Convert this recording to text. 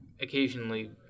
occasionally